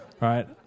right